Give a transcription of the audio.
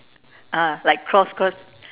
ah like cross cross